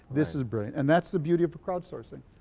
this is brilliant and that's the beauty of crowdsourcing.